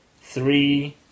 three